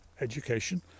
education